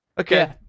Okay